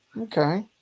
Okay